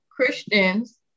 Christians